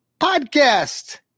podcast